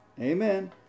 Amen